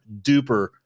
duper